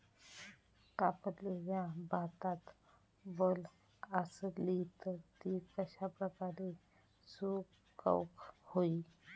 कापलेल्या भातात वल आसली तर ती कश्या प्रकारे सुकौक होई?